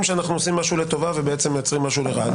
שעושים משהו לטובה ובעצם מייצרים משהו לרעה.